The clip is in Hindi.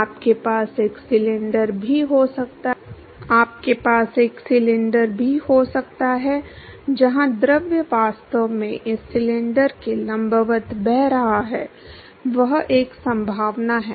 आपके पास एक सिलेंडर भी हो सकता है आपके पास एक सिलेंडर भी हो सकता है जहां द्रव वास्तव में इस सिलेंडर के लंबवत बह रहा है वह एक संभावना है